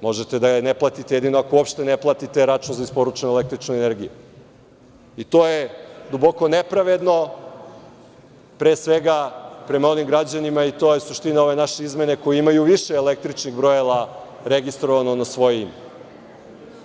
Možete da je ne platite jedino ako uopšte ne platite račun za isporučenu električnu energiju i to je duboko nepravedno pre svega prema onim građanima, i to je suština ove naše izmene, koji imaju više električnih brojila registrovanih na svoje ime,